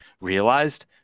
realized